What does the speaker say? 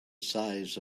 size